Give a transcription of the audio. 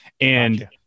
And-